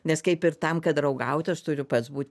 nes kaip ir tam kad draugaut aš turiu pats būt